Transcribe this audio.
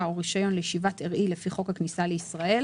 או רישיון לישיבת ארעי לפי חוק הכניסה לישראל,